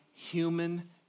human